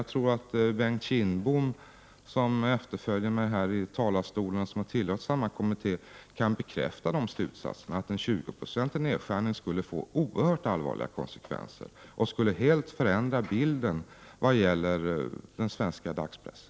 Jag tror att Bengt Kindbom, som kommer efter mig i talarstolen, och som har tillhört samma kommitté som jag, kan bekräfta slutsatsen att en 20-procentig nedskärning skulle få oerhört allvarliga konsekvenser och helt förändra bilden när det gäller den svenska dagspressen.